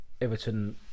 Everton